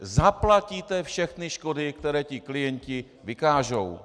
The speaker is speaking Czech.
Zaplatíte všechny škody, které ti klienti vykážou.